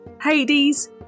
Hades